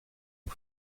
ont